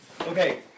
Okay